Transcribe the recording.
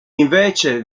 invece